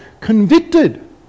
convicted